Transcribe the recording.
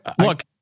Look